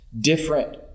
different